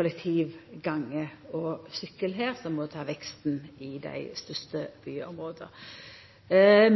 og sykkel som her må ta veksten i dei største byområda.